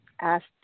asked